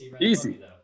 easy